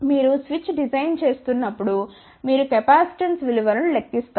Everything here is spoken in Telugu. మీరు స్విచ్ డిజైన్ చేస్తున్నప్పుడు మీరు కెపాసిటెన్స్ విలువను లెక్కిస్తారు